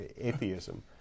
atheism